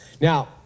Now